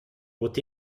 what